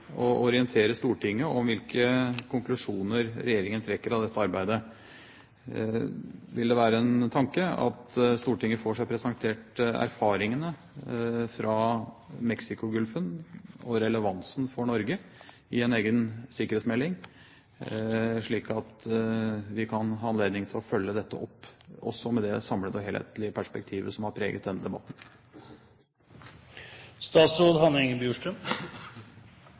orientere om de konklusjoner regjeringen trekker av dette arbeidet? Vil det være en tanke at Stortinget får seg presentert erfaringene fra Mexicogolfen og relevansen for Norge i en egen sikkerhetsmelding, slik at vi får anledning til å følge dette opp – også ut fra det samlede og helhetlige perspektivet som har preget denne debatten?